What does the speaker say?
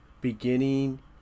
beginning